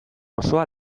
osoa